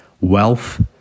Wealth